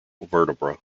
vertebrae